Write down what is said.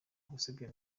gusebya